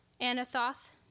Anathoth